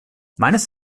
meines